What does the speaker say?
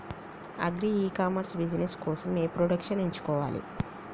Agri e commerce business కోసము ఏ products ఎంచుకోవాలి?